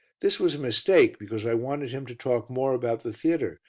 this was a mistake because i wanted him to talk more about the theatre,